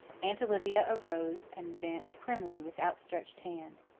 aunt olivia arose and advanced primly, with outstretched hand.